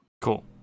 Cool